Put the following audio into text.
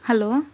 hello